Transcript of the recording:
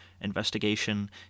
investigation